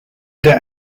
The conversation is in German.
der